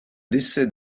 décès